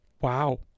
wow